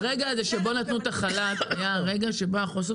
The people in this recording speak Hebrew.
הרגע הזה שבו נתנו את החל"ת היה רגע של חוסר